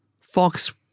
Fox